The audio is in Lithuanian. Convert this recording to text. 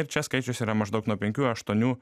ir čia skaičius yra maždaug nuo penkių aštuonių